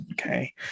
Okay